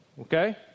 Okay